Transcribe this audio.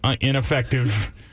ineffective